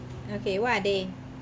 okay what are they